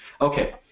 Okay